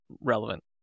relevant